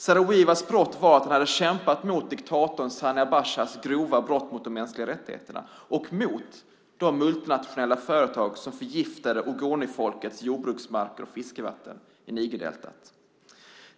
Saro-Wiwas brott var att han hade kämpat mot diktatorn Sani Abachas grova brott mot de mänskliga rättigheterna och mot de multinationella företag som förgiftade Ogonifolkets jordbruksmarker och fiskevatten i Nigerdeltat.